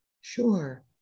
Sure